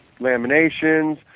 laminations